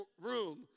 room